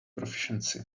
proficiency